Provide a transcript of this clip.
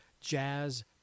jazz